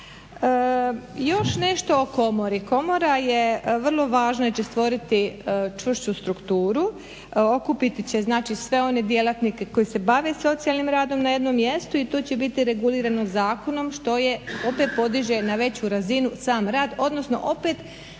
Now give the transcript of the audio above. još nešto o Komori. Komora je vrlo važna jer će stvoriti čvršću strukturu, okupiti će znači sve one djelatnike koji se bave socijalnim radom na jednom mjestu i to će biti regulirano zakonom što je opet podiže na veću razinu sam rad, odnosno opet